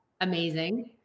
amazing